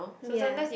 ya